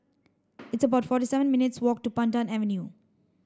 it's about forty seven minutes' walk to Pandan Avenue